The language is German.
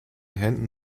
händen